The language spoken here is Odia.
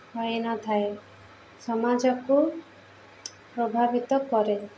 ହୋଇନଥାଏ ସମାଜକୁ ପ୍ରଭାବିତ କରେ